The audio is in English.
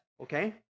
okay